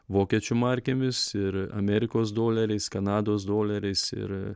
vokiečių markėmis ir amėrikos doleriais kanados doleriais ir